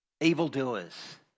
evildoers